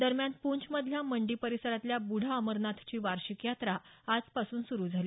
दरम्यान पूँछ मधल्या मंडी परिसरातल्या बुढा अमरनाथची वार्षिक यात्रा आजपासून सुरु झाली